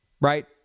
right